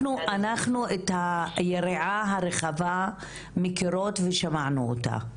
אנחנו את היריעה הרחבה מכירות ושמענו אותם,